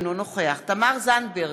אינו נוכח תמר זנדברג,